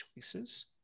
choices